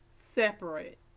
separate